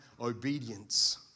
obedience